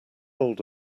old